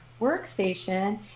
workstation